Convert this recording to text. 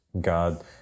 God